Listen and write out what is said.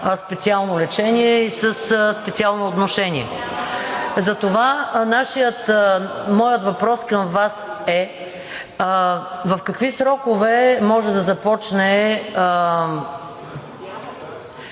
специално лечение и със специално отношение. Затова моят въпрос към Вас е: в какви срокове може да започне